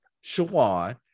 Shawan